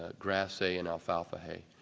grass hay and alfalfa hay.